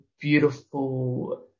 beautiful